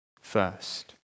first